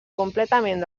completament